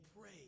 pray